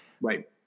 right